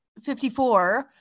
54